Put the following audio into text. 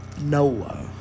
noah